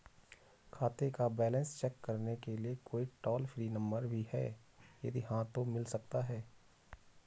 खाते का balance check करने के लिए कोई टॉल फ्री नम्बर भी है यदि हाँ तो मिल सकता है?